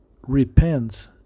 repents